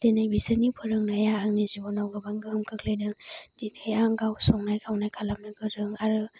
दिनै बिसोरनि फोरोंनाया आंनि जिबनाव गोबां गोहोम खोख्लैदों दिनैहाय आं गाव संनाय खावनाय खालामनो गोरों आरो